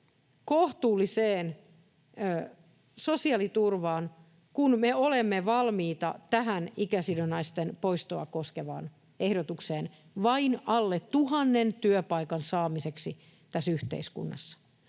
kohtuulliseen sosiaaliturvaan, kun me olemme valmiita tähän ikäsidonnaisten poistoa koskevaan ehdotukseen vain alle tuhannen työpaikan saamiseksi tässä yhteiskunnassa.